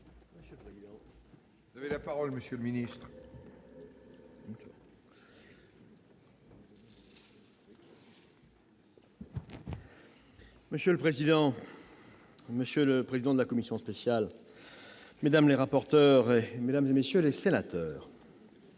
Monsieur le président, monsieur le président de la commission spéciale, mesdames les rapporteurs, mesdames, messieurs les sénateurs,